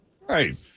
Right